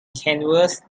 canvas